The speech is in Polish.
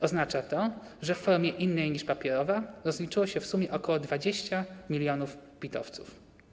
Oznacza to, że w formie innej niż papierowa rozliczyło się w sumie ok. 20 mln PIT-owców.